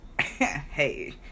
hey